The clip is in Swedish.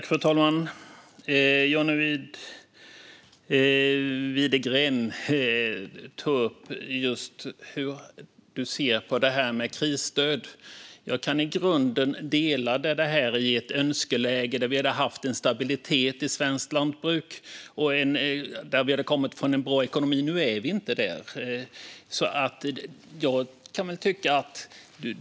Fru talman! John Widegren tog upp hur han ser på krisstöd. Jag kan i grunden dela den synen i ett önskeläge, där vi hade haft en stabilitet i svenskt lantbruk och där vi hade haft bra ekonomi. Men nu är vi inte där.